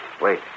Wait